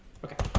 okay